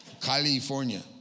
California